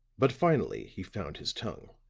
but finally he found his tongue.